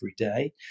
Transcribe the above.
everyday